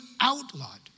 outlawed